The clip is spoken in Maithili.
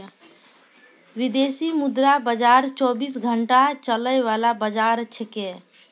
विदेशी मुद्रा बाजार चौबीस घंटा चलय वाला बाजार छेकै